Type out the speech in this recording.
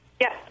Yes